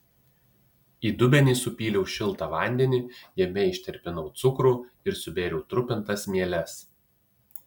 į dubenį supyliau šiltą vandenį jame ištirpinau cukrų ir subėriau trupintas mieles